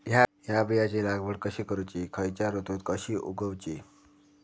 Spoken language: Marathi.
हया बियाची लागवड कशी करूची खैयच्य ऋतुत कशी उगउची?